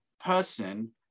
person